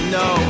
no